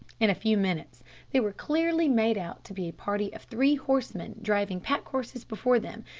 in a few minutes they were clearly made out to be a party of three horsemen driving pack-horses before them,